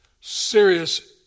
serious